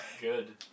Good